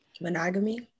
Monogamy